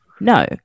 no